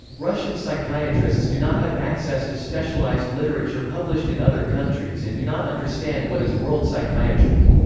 russian psychiatrists do not have access to specialized literature published in other countries and do not understand what is world psychiatry.